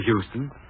Houston